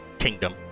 kingdom